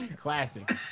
Classic